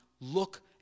look